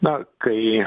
na kai